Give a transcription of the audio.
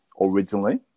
originally